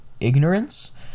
ignorance